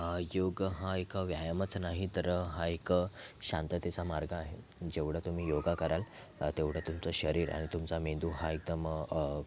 योग हा एक व्यायामच नाही तर हा एक शांततेचा मार्ग आहे जेवढं तुम्ही योगा कराल तेवढं तुमचं शरीर आणि तुमचा मेंदू हा एकदम